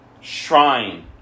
shrine